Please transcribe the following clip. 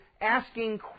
asking